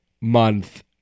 month